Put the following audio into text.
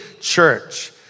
church